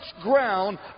ground